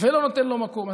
ולא נותן לו מקום.